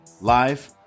live